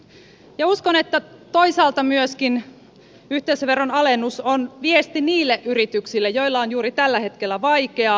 ja uskon että toisaalta myöskin yhteisöveron alennus on viesti niille yrityksille joilla on juuri tällä hetkellä vaikeaa